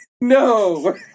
no